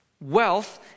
Wealth